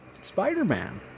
Spider-Man